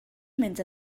mynd